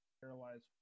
Paralyzed